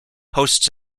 hosts